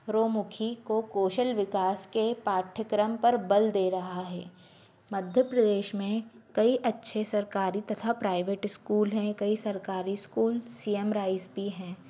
रो मुखी को कौशल विकास के पाठ्यक्रम पर बल दे रहा है मध्य प्रदेश में कई अच्छे सरकारी तथा प्राइवेट स्कूल हैं कई सरकारी स्कूल सी एम राईस भी हैं